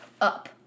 up